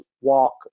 walk